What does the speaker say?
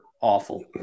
awful